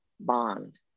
bond